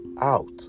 out